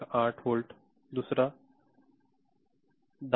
8 volt दुसरा 10